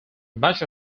much